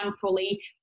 fully